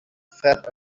fat